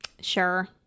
Sure